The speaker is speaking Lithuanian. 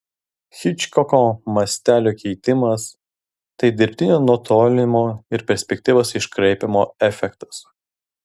hičkoko mastelio keitimas tai dirbtinio nutolinimo ir perspektyvos iškraipymo efektas